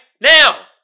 Now